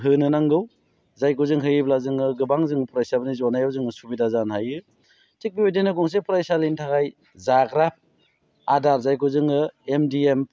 होनो नांगौ जायखौ जों होयोब्ला जोङो गोबां जोङो फरायसाफोरनि जनायाव जोङो सुबिदा जानो हायो थिग बेबायदिनो गंसे फरायसालिनि थाखाय जाग्रा आदार जायखौ जोङो एम डि एम